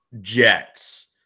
Jets –